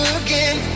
again